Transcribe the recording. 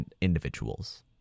Individuals